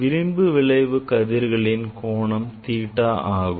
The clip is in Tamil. விளிம்பு விளைவு கதிர்களின் கோணம் theta ஆகும்